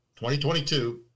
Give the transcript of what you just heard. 2022